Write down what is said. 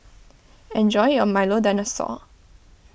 ejony your Milo Dinosaur